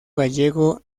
gallego